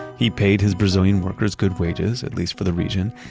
he paid his brazilian workers good wages, at least for the region,